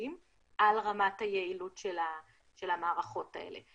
טובים על רמת היעילות של המערכות האלה.